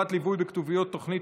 הינה דוגמה, הוא דחף ושם נתן תרומה